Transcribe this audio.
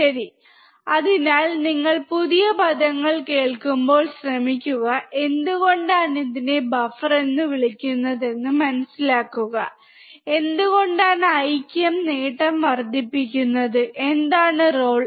ശരി അതിനാൽ നിങ്ങൾ പുതിയ പദങ്ങൾ കേൾക്കുമ്പോൾ ശ്രമിക്കുക എന്തുകൊണ്ടാണ് ഇതിനെ ബഫർ എന്ന് വിളിക്കുന്നത് എന്ന് മനസിലാക്കുക എന്തുകൊണ്ടാണ് ഐക്യം നേട്ടം വർദ്ധിപ്പിക്കുന്നത് എന്താണ് റോൾ